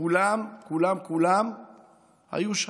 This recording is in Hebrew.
כולם כולם כולם היו שם.